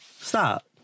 stop